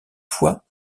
fois